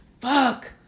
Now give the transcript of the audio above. fuck